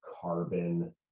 carbon